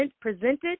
presented